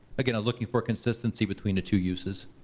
again, i'm looking for consistency between the two uses.